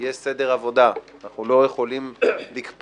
יש סדר עבודה, אנחנו לא יכולים לקפוץ.